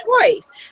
choice